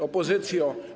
Opozycjo!